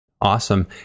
awesome